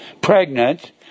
pregnant